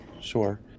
Sure